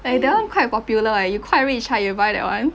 eh that one quite popular eh you quite rich ah you buy that one